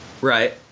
Right